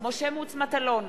משה מטלון,